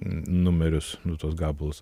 numerius nu tuos gabalus